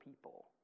people